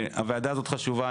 הוועדה הזאת חשובה.